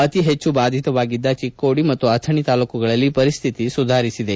ಅತಿ ಪೆಚ್ಚು ಬಾಧಿತವಾಗಿದ್ದ ಚಿಕ್ಕೋಡಿ ಮತ್ತು ಅಥಣಿ ತಾಲೂಕುಗಳಲ್ಲಿ ಪರಿಸ್ಥಿತಿ ಸುಧಾರಿಸಿದೆ